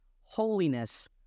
holiness